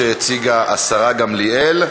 שהציגה השרה גמליאל,